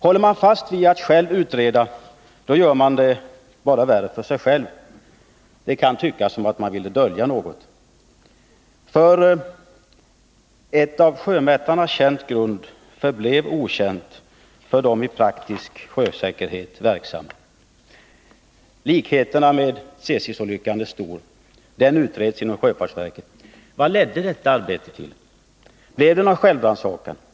Håller man på verket fast vid att man själv skall utreda ärendet gör man det bara värre. Det kan tyckas som om man vill dölja något. Ett av sjömätarna känt grund förblev okänt för dem som i sitt praktiska arbete är beroende av sjösäkerheten. Likheterna med Tsesisolyckan är stora. Den utreddes inom sjöfartsverket. Vad ledde detta arbete till? Blev det någon självrannsakan?